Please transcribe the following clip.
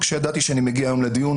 כשידעתי שאני מגיע היום לדיון,